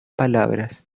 palabras